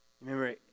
Remember